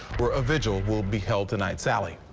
we're a vigil will be held tonight sally.